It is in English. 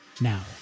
Now